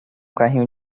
carrinho